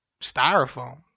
styrofoam